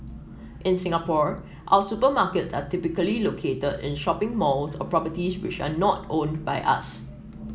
in Singapore our supermarkets are typically located in shopping malls or properties which are not owned by us